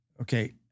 okay